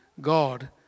God